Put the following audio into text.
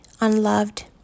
unloved